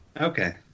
Okay